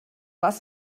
was